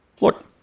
Look